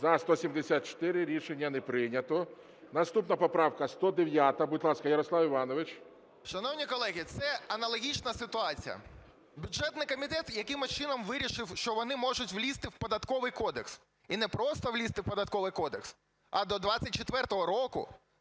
За-174 Рішення не прийнято. Наступна поправка 109-а. Будь ласка, Ярослав Іванович. 14:42:23 ЖЕЛЕЗНЯК Я.І. Шановні колеги, це аналогічна ситуація. Бюджетний комітет якимось чином вирішив, що вони можуть влізти в Податковий кодекс. І не просто влізти в Податковий кодекс, а до 24-го року